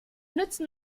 nützen